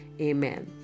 Amen